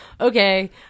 okay